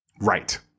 Right